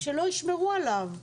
שלא ישמרו עליו,